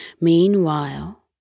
Meanwhile